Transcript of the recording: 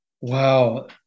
Wow